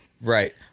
Right